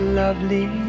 lovely